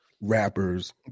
rappers